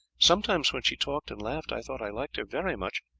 sometimes when she talked and laughed, i thought i liked her very much,